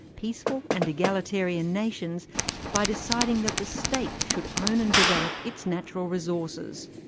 peaceful and egalitarian nations by deciding that the state should own and develop its natural resources.